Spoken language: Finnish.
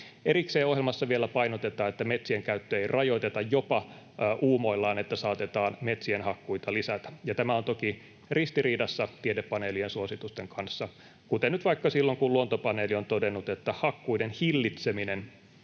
Erikseen ohjelmassa vielä painotetaan, että metsien käyttöä ei rajoiteta — jopa uumoillaan, että saatetaan metsien hakkuita lisätä. Ja tämä on toki ristiriidassa tiedepaneelin ja suositusten kanssa, kuten nyt vaikka silloin, kun Luontopaneeli on todennut, että hakkuiden hillitseminen